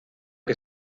que